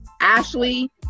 ashley